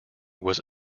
was